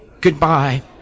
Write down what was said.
goodbye